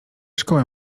szkoły